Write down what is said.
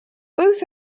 both